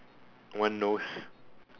one nose